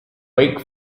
wake